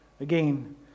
Again